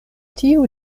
tiu